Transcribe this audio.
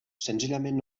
senzillament